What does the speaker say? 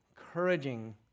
encouraging